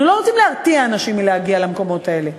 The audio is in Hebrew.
אנחנו לא רוצים להרתיע אנשים מלהגיע למקומות האלה.